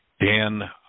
Dan